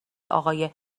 آقای